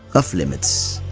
off limits.